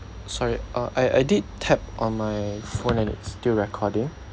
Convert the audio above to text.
sorry uh I I did tap on my phone and it's still recording